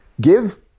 give